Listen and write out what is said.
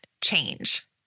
change